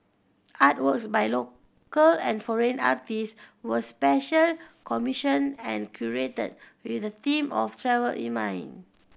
artworks by local and foreign artist was special commissioned and curated with the theme of travel in mind